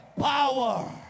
Power